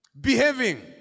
Behaving